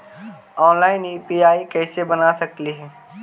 Online UPI कैसे बना सकली ही?